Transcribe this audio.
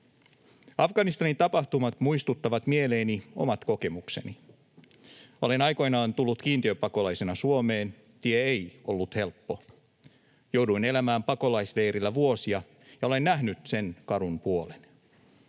Afganistanin tapahtumat muistuttavat mieleeni omat kokemukseni. Olen aikoinaan tullut kiintiöpakolaisena Suomeen — tie ei ollut helppo. Jouduin elämään pakolaisleirillä vuosia ja olen nähnyt sen karun puolen.